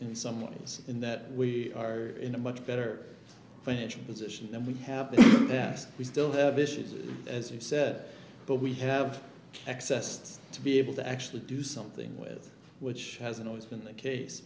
in some ways in that we are in a much better financial position than we have that we still have issues as you said but we have accessed to be able to actually do something with which hasn't always been the case